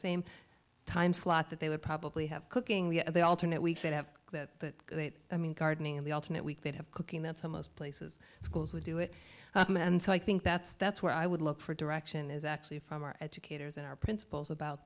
same time slot that they would probably have cooking they alternate weeks that have that i mean gardening and the alternate week they'd have cooking that's how most places schools would do it and so i think that's that's where i would look for direction is actually from our educators and our principals about